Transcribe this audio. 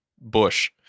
bush